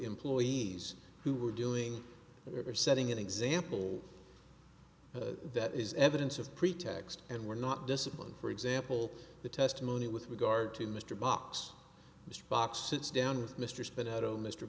employees who were doing or setting an example that is evidence of pretext and were not disciplined for example the testimony with regard to mr box mr fox sits down with mr spin out of mr